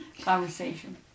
conversation